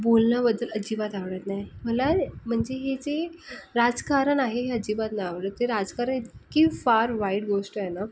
बोलण्याबद्दल अजिबात आवडत नाही मला म्हणजे हे जे राजकारण आहे हे अजिबात नाही आवडत ते राजकारण इतकी फार वाईट गोष्ट आहे ना